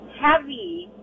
heavy